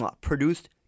produced